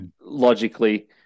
logically